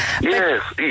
Yes